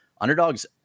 Underdogs